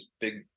big